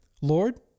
Lord